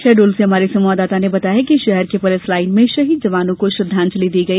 शहडोल से हमारे संवाददाता ने बताया है कि शहर की पुलिस लाइन में शहीद जवानों को श्रद्धांजलि दी गई